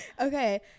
Okay